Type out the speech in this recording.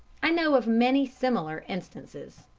i know of many similar instances.